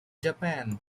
japan